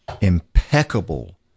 impeccable